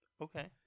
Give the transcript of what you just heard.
Okay